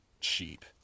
cheap